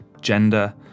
gender